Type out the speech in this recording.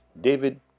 David